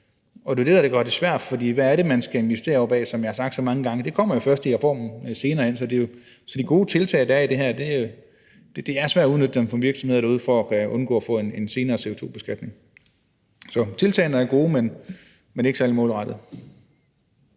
Det er det, der gør det svært, for som jeg har sagt så mange gange: Hvad er det, man skal investere op ad? Det kommer jo først i reformen senere hen, så de gode tiltag, der er i det her, er det svært at udnytte for virksomhederne derude til at undgå at få en senere CO2-beskatning. Så tiltagene er gode, men ikke særlig målrettede.